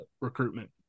recruitment